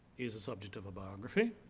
is the subject of a biography.